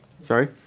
Sorry